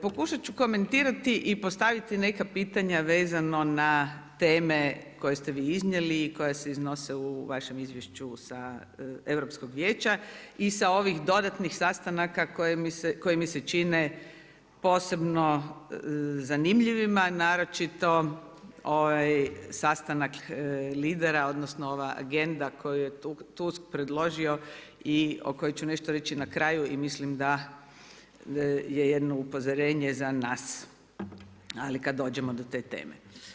Pokušati ću komentirati i postaviti neka pitanja vezano na teme koje ste vi iznijeli i koja se iznose u vašem Izvješću sa Europskog vijeća i sa ovih dodatnih sastanaka koji mi se čine posebno zanimljivima naročito ovaj sastanak lidera, odnosno ova Agenda koju je Tusk predložio i o kojoj ću nešto reći na kraju i mislim da je jedno upozorenje za nas ali kada dođemo do te teme.